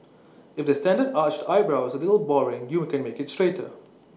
if the standard arched eyebrow is A little boring you can make IT straighter